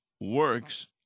works